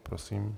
Prosím.